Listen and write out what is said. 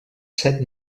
set